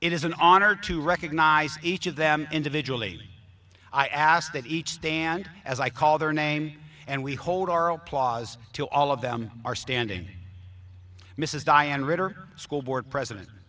it is an honor to recognize each of them individually i ask that each stand as i call their name and we hold our applause to all of them are standing mrs diane ritter school board president